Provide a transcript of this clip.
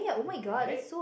right